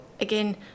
again